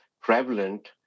prevalent